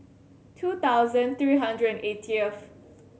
two thousand three hundred and eightieth